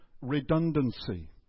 redundancy